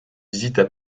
visites